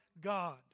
God